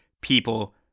people